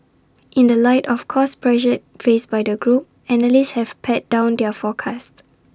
in the light of cost pressures faced by the group analysts have pared down their forecasts